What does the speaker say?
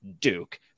Duke